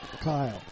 Kyle